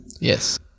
Yes